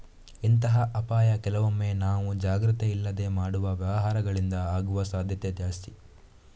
ಇಂತಹ ಅಪಾಯ ಕೆಲವೊಮ್ಮೆ ನಾವು ಜಾಗ್ರತೆ ಇಲ್ಲದೆ ಮಾಡುವ ವ್ಯವಹಾರಗಳಿಂದ ಆಗುವ ಸಾಧ್ಯತೆ ಜಾಸ್ತಿ